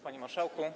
Panie Marszałku!